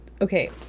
okay